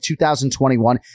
2021